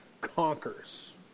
conquers